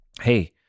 Hey